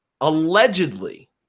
Allegedly